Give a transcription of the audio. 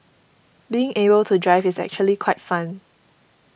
being able to drive is actually quite fun